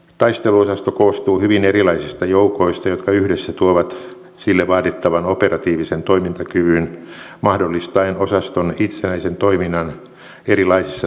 taisteluosasto koostuu hyvin erilaisista joukoista jotka yhdessä tuovat sille vaadittavan operatiivisen toimintakyvyn mahdollistaen osaston itsenäisen toiminnan erilaisissa toimintaympäristöissä